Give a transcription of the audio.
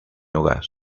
hogar